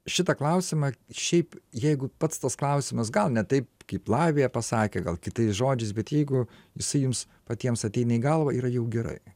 šitą klausimą šiaip jeigu pats tas klausimas gal ne taip kaip lavija pasakė gal kitais žodžiais bet jeigu jisai jums patiems ateina į galvą yra jau gerai